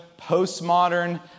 postmodern